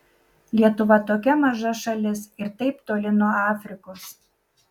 lietuva tokia maža šalis ir taip toli nuo afrikos